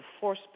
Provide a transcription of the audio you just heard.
force